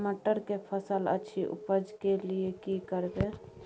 मटर के फसल अछि उपज के लिये की करबै?